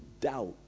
doubt